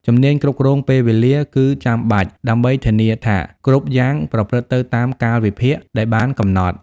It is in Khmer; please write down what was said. ជំនាញគ្រប់គ្រងពេលវេលា គឺចាំបាច់ដើម្បីធានាថាគ្រប់យ៉ាងប្រព្រឹត្តទៅតាមកាលវិភាគដែលបានកំណត់។